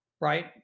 right